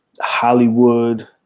Hollywood